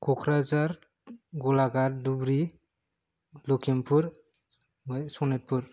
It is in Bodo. क'क्राझार गलाघात धुबुरि लखिमपुर ओमफ्राय शणितपुर